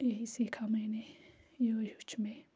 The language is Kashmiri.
یہی سیٖکھا میں نے یہِوٚے ہیوٚچھ مےٚ